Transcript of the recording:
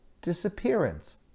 disappearance